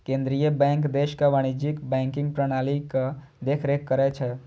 केंद्रीय बैंक देशक वाणिज्यिक बैंकिंग प्रणालीक देखरेख करै छै